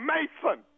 Mason